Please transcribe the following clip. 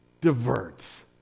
diverts